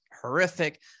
horrific